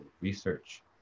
research